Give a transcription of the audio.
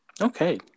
Okay